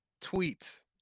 tweet